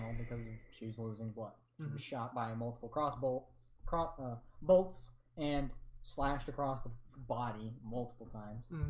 she's losing blood shot by a multiple cross bolt prop the bolts and slashed across the body multiple times